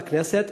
בכנסת.